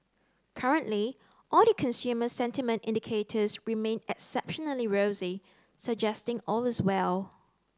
currently all the consumer sentiment indicators remain exceptionally rosy suggesting all is well